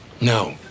No